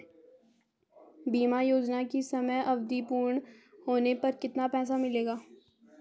बीमा योजना की समयावधि पूर्ण होने पर कितना पैसा मिलेगा?